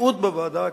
מיעוט בוועדה,